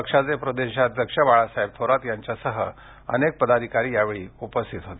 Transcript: पक्षाचे प्रदेशाध्यक्ष बाळासाहेब थोरात यांच्यासह अनेक पदाधिकारी यावेळी उपस्थित होते